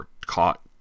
caught